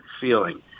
feeling